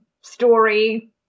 story